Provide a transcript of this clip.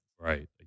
right